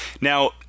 Now